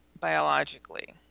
biologically